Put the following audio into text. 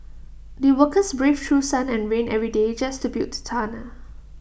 the workers braved through sun and rain every day just to build the tunnel